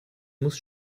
muss